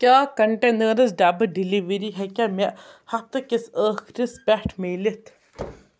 کیٛاہ کَنٹینٲرٕز ڈَبہٕ ڈِلیؤری ہیٚکیٛاہ مےٚ ہفتہٕ کِس أخرِس پٮ۪ٹھ میٖلِتھ